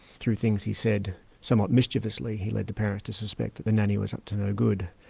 through things he said somewhat mischievously, he led the parents to suspect that the nanny was up to no good.